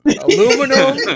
Aluminum